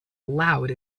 loud